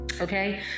Okay